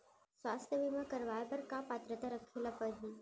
स्वास्थ्य बीमा करवाय बर का पात्रता रखे ल परही?